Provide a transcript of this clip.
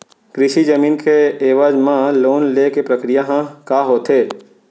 कृषि जमीन के एवज म लोन ले के प्रक्रिया ह का होथे?